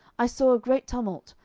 i saw a great tumult,